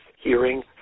hearing